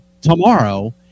tomorrow